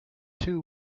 two